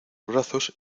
brazos